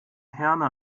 herne